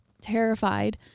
terrified